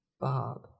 Bob